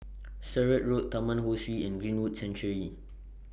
Sturdee Road Taman Ho Swee and Greenwood Sanctuary